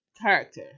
character